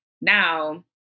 now